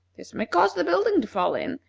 this may cause the building to fall in,